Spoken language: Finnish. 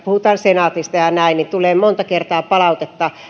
senaatista ja ja näin että tulee monta kertaa palautetta